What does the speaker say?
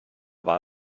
war